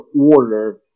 order